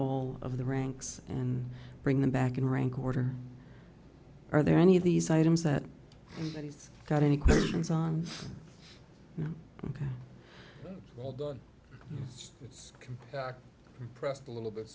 all of the ranks and bring them back in rank order are there any of these items that he's got any questions on it's compact pressed a little bit